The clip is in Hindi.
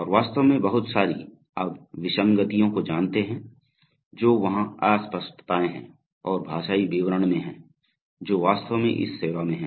और वास्तव में बहुत सारी आप विसंगतियों को जानते हैं जो वहाँ अस्पष्टताएं हैं और भाषाई विवरण में हैं जो वास्तव में इस सेवा मे हैं